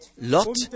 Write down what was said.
Lot